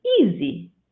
easy